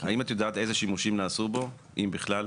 האם את יודעת אילו שימושים נעשו בו אם בכלל?